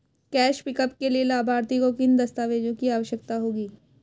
Cash pickup के लिए लाभार्थी को किन दस्तावेजों की आवश्यकता होगी?